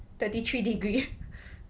thirty three degrees